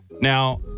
Now